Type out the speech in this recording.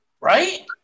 Right